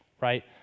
right